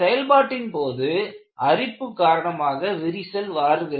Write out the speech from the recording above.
செயல்பாட்டின் போது அரிப்பு காரணமாக விரிசல் வளர்கிறது